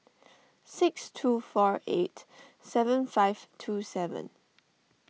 six two four eight seven five two seven